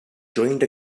joined